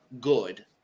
good